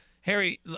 Harry